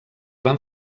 van